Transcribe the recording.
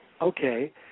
Okay